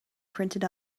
printed